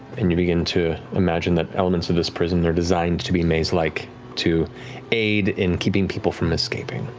and you begin to imagine that elements of this prison are designed to be maze-like to aid in keeping people from escaping.